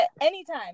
anytime